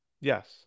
Yes